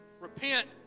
Repent